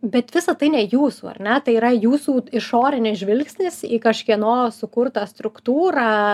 bet visa tai ne jūsų ar ne tai yra jūsų išorinis žvilgsnis į kažkieno sukurtą struktūrą